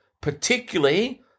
particularly